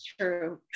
true